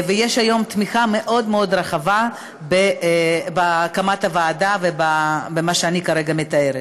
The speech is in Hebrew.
ויש היום תמיכה מאוד מאוד רחבה בהקמת הוועדה ובמה שאני כרגע מתארת.